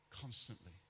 constantly